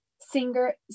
singer